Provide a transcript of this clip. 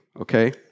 okay